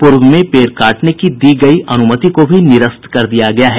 पूर्व में पेड़ काटने की दी गयी अनुमति को भी निरस्त कर दिया गया है